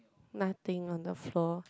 nothing on the floor